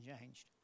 changed